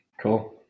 Cool